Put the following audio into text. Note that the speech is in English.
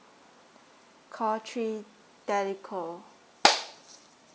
call three telco